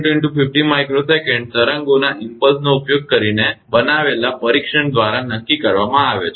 2 × 50 𝜇𝑠 તરંગોના ઇમ્પલ્સનો ઉપયોગ કરીને બનાવેલા પરીક્ષણ દ્વારા નક્કી કરવામાં આવે છે